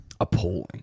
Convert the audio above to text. Appalling